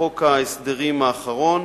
בחוק ההסדרים האחרון,